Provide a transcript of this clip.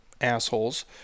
assholes